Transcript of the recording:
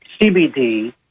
CBD